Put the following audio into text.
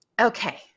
Okay